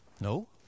No